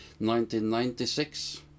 1996